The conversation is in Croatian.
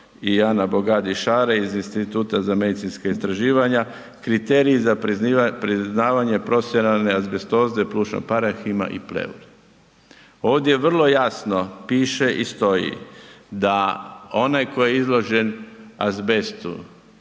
i Ana Bogadi Šare iz Instituta za medicinska istraživanja, Kriteriji za priznavanje profesionalne azbestoze plućnog parenhima i pleure. Ovdje vrlo jasno piše i stoji da onaj tko je izložen azbestu